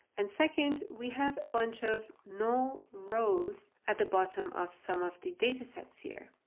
and second, we have a bunch of null rows at the bottom of some of the data sets here.